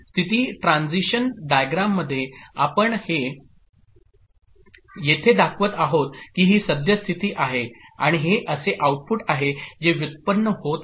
स्थिती transition diagram मध्ये आपण हे येथे दाखवत आहोत की ही सद्यस्थिती आहे आणि हे असे आउटपुट आहे जे व्युत्पन्न होत आहे ठीक